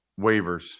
waivers